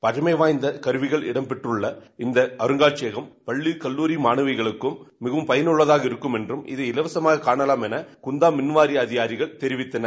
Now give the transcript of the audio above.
பழமைவாய்ந்த பொருட்கள் இடம்பெற்றுள்ள இந்தத அருங்காட்சியகம் பள்ளி கல்லாரி மாணவ மாணவிகளுக்கும் பொது மக்களுக்கும் மிகவும் பயனுள்ளதாக இருக்கும் என்றும் இதை இலவசமாக காணலாம் என்று குந்தா மின்வாரிய அதிகாரிகள் தெரிவித்தனர்